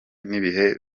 n’ibihe